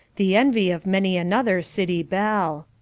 the envy of many another city belle.